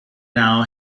now